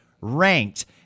ranked